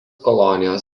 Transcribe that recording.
kolonijos